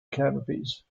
canopies